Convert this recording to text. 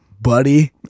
buddy